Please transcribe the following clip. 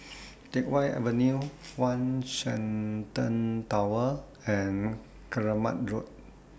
Teck Whye Avenue one Shenton Tower and Keramat Road